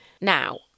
Now